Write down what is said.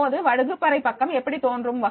இப்போது வகுப்பறை பக்கம் எப்படித் தோன்றும்